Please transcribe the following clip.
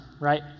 right